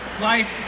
life